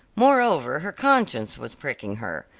moreover her conscience was pricking her.